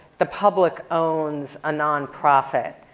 the public owns a nonprofit,